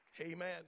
Amen